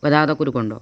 ഗതാഗത കുരുക്കുണ്ടോ